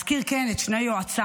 כן אזכיר, את שני יועציי,